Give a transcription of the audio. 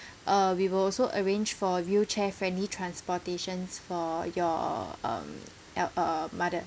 uh we will also arrange for wheelchair friendly transportations for your um uh mother